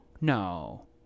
No